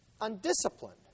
undisciplined